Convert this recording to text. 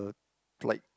like